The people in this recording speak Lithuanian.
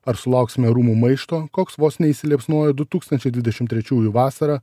ar sulauksime rūmų maišto koks vos neįsiliepsnojo du tūkstančiai dvidešimt trečiųjų vasarą